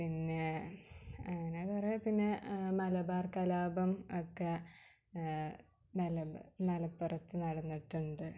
പിന്നെ അങ്ങനെ കുറേ പിന്നെ മലബാർ കലാപം ഒക്കെ മലബ മലപ്പുറത്ത് നടന്നിട്ടുണ്ട്